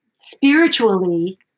spiritually